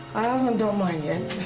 haven't done mine yet.